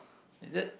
is it